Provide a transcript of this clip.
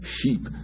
sheep